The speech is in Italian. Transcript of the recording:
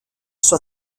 sua